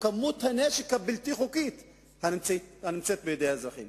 כמות הנשק הבלתי-חוקי הנמצא בידי האזרחים.